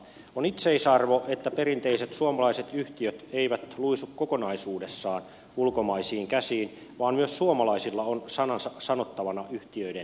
on itseisarvo että perinteiset suomalaiset yhtiöt eivät luisu kokonaisuudessaan ulkomaisiin käsiin vaan että myös suomalaisilla on sanansa sanottavana yhtiöiden tulevaisuudesta